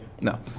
No